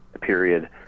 period